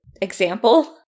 example